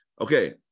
Okay